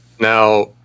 Now